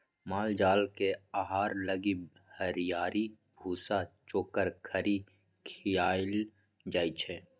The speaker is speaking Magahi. माल जाल के आहार लागी हरियरी, भूसा, चोकर, खरी खियाएल जाई छै